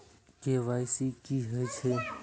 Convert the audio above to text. KYC की हे छे?